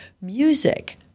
music